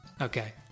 okay